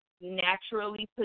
naturally